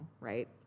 right